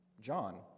John